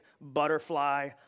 butterfly